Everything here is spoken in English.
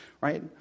right